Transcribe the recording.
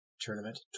tournament